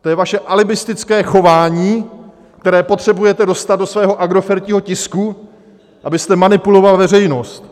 To je vaše alibistické chování, které potřebujete dostat do svého agrofertního tisku, abyste manipuloval veřejnost.